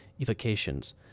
evocations